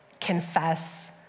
Confess